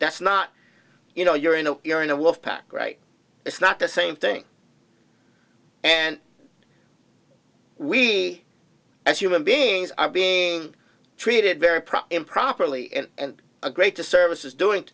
that's not you know you're in a you're in a wolf pack right it's not the same thing and we as human beings are being treated very proper improperly and a great disservice is doing